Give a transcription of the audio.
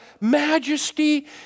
majesty